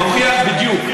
בדיוק.